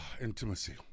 Intimacy